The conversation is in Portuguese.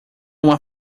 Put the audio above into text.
uma